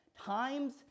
Times